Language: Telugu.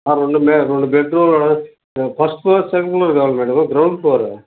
రెండు ఉన్నాయ రెండు బెడ్రూములు ఫస్ట్ ఫ్లోర్ సెకండ్ ఫ్లోర్ కావాలా మేడమ్ గ్రౌండ్ ఫ్లోరా